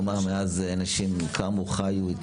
כלומר מאז אנשים קמו, חיו.